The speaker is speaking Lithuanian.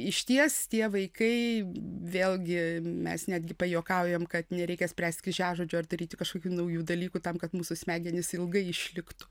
išties tie vaikai vėlgi mes netgi pajuokaujam kad nereikia spręst kryžiažodžių ar daryti kažkokių naujų dalykų tam kad mūsų smegenys ilgai išliktų